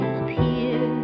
appear